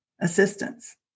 assistance